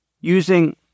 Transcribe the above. using